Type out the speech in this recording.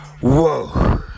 Whoa